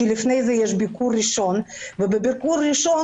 כי לפניכן יש ביקור ראשון ובביקור הראשון